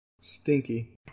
Stinky